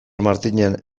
martinen